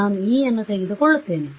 ನಾನು e ಯನ್ನು ತೆಗೆದುಕೊಳುತ್ತೇನೆ